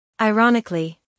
Ironically